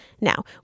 Now